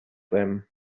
them